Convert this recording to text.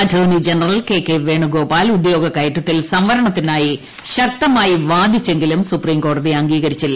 attorney general K K Venugopal ഉദ്യോഗക്കയറ്റത്തിൽ സംവരണത്തിനായി ശക്തമായി വാദിച്ചെങ്കിലും സുപ്രിംകോടതി അംഗീകരിച്ചില്ല